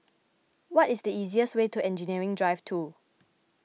what is the easiest way to Engineering Drive two